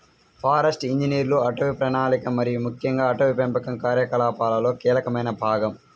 forest ఇంజనీర్లు అటవీ ప్రణాళిక మరియు ముఖ్యంగా అటవీ పెంపకం కార్యకలాపాలలో కీలకమైన భాగం